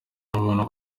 umuntu